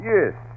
Yes